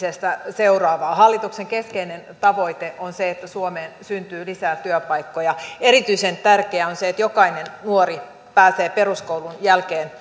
seuraavaa hallituksen keskeinen tavoite on se että suomeen syntyy lisää työpaikkoja erityisen tärkeää on se että jokainen nuori pääsee peruskoulun jälkeen